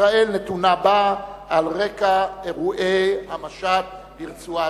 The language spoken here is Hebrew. שישראל נתונה בה על רקע אירועי המשט לרצועת-עזה.